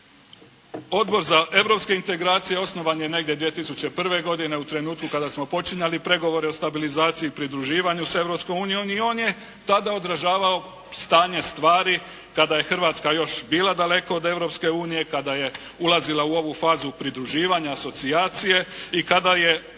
Odbor za europske integracije osnovan je negdje 2001. godine u trenutku kada smo počinjali pregovore o stabilizaciji i pridruživanju sa Europskom unijom i on je tada odražavao stanje stvari kada je Hrvatska još bila daleko od Europske unije, kada je ulazila u ovu fazu pridruživanja, asocijacije i kada je